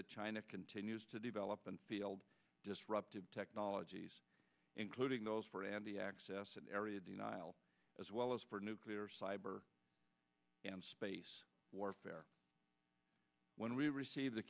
that china continues to develop and field disruptive technologies getting those for and the access area denial as well as for nuclear cyber space warfare when we receive the